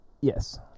Yes